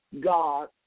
God